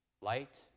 light